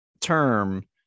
term